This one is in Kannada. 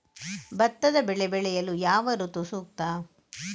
ಭತ್ತದ ಬೆಳೆ ಬೆಳೆಯಲು ಯಾವ ಋತು ಸೂಕ್ತ?